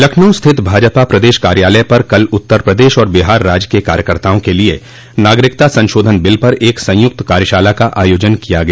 लखनऊ स्थित भाजपा प्रदेश कार्यालय पर कल उत्तर प्रदेश और बिहार राज्य के कार्यकर्ताओं के लिये नागरिकता संशोधन बिल पर एक संयुक्त कार्यशाला का आयोजन किया गया